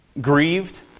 grieved